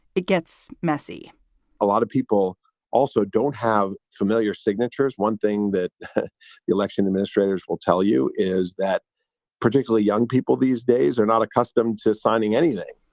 it gets messy a lot of people also don't have familiar signatures. one thing that election administrators will tell you is that particularly young people these days are not accustomed to signing anything.